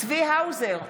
צבי האוזר,